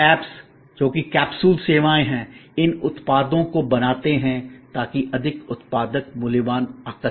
तो ऐप्स जो कि कैप्सूल सेवाएँ हैं उन उत्पादों को बनाते हैं ताकि अधिक उत्पादक मूल्यवान आकर्षक हो